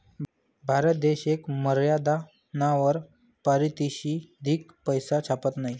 भारत देश येक मर्यादानावर पारतिनिधिक पैसा छापत नयी